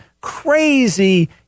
crazy